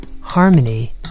harmony